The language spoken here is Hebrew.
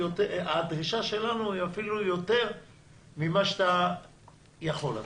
והדרישה שלנו היא אפילו יותר ממה שאתה יכול לתת,